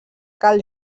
cal